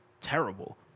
terrible